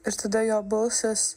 ir tada jo balsas